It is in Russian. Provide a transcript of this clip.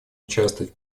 участвовать